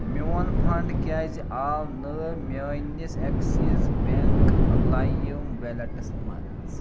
میٛون فنٛڈ کیٛازِ آو نہٕ میٛٲنِس ایکسیٖز بینٛک لایِم ویلٹَس منٛز